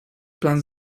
plan